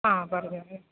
ആ പറഞ്ഞോളൂ